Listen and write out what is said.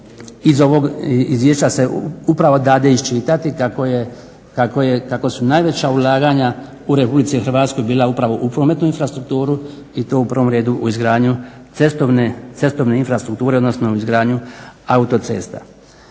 iz ovog Izvješća se upravo dade iščitati kako je, kako su najveća ulaganja u Republici Hrvatskoj bila upravo u prometnu infrastrukturu i to u prvom redu u izgradnju cestovne infrastrukture, odnosno u izgradnju autocesta.